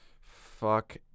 Fuck